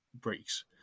breaks